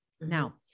Now